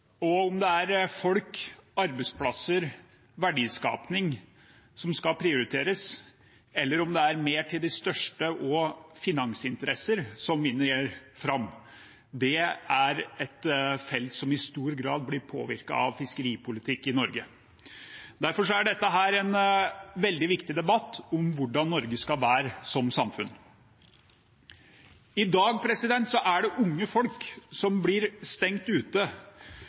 folk, arbeidsplasser og verdiskaping som skal prioriteres, eller om det er mer til de største og finansinteresser som vinner fram, er et felt som i stor grad blir påvirket av fiskeripolitikk i Norge. Derfor er dette en veldig viktig debatt om hvordan Norge skal være som samfunn. I dag er det unge folk som blir stengt ute,